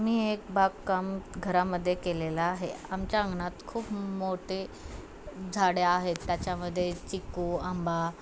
आम्ही एक बागकाम घरामध्ये केलेलं आहे आमच्या अंगणात खूप मोठे झाडे आहेत त्याच्यामध्ये चिक्कू आंबा